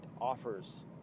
offers